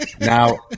Now